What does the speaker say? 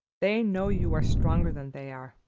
they know you are stronger than they are,